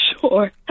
sure